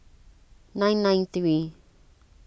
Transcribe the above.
nine nine three